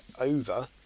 over